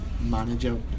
manager